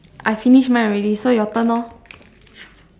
I finish mine already so your turn lor